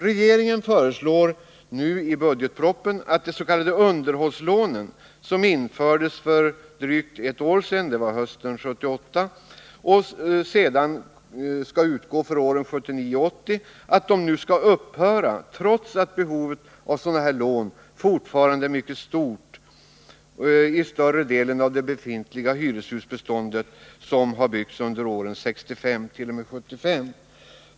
Regeringen föreslår nu i budgetpropositionen att de s.k. underhållslånen, som infördes för drygt ett år sedan — hösten 1978 — och som kan utgå för åren 1979 och 1980, nu skall upphöra trots att behovet av sådana lån fortfarande är mycket stort i större delen av det befintliga hyreshusbestånd som byggts under åren 1965 t.o.m. 1975.